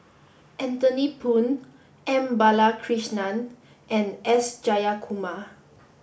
Anthony Poon M Balakrishnan and S Jayakumar